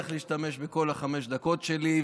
אני לא הולך להשתמש בכל חמש הדקות שלי,